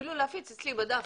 אפילו להפיץ אצלי בדף,